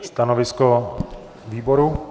Stanovisko výboru?